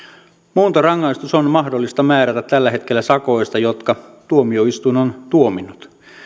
muuntorangaistus on mahdollista määrätä tällä hetkellä sakoista jotka tuomioistuin on tuominnut